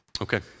Okay